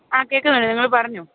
ആ കേൾക്കുന്നുണ്ട് നിങ്ങൾ പറഞ്ഞോ